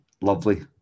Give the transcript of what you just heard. lovely